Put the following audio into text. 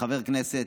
כחבר כנסת,